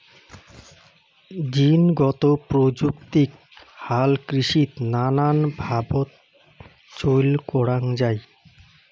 জীনগত প্রযুক্তিক হালকৃষিত নানান ভাবত চইল করাঙ যাই